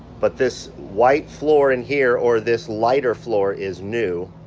but this white floor in here or this lighter floor, is new.